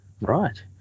right